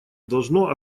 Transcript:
должно